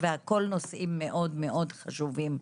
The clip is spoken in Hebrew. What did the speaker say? והכול נושאים מאוד חשובים.